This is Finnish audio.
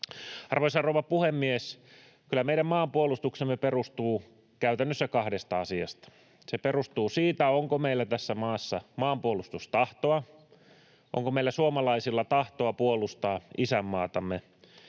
Arvoisa rouva puhemies! Kyllä meidän maanpuolustuksemme perustuu käytännössä kahteen asiaan. Se perustuu siihen, onko meillä tässä maassa maanpuolustustahtoa, onko meillä suomalaisilla tahtoa puolustaa isänmaatamme